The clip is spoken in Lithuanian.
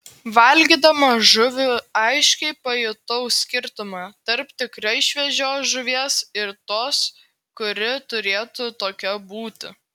valgydama žuvį aiškiai pajutau skirtumą tarp tikrai šviežios žuvies ir tos kuri turėtų tokia būti